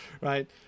right